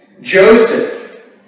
Joseph